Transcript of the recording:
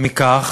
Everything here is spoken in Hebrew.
מכך